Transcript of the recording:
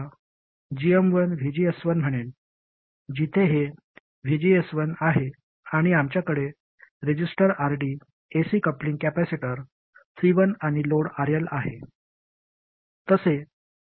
मी याला gm1VGS1 म्हणेन जिथे हे VGS1 आहे आणि आमच्याकडे resistor RD AC coupling capacitor C1 आणि लोड RL आहे